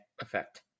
effect